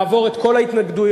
לעבור את כל ההתנגדויות,